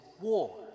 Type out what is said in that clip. war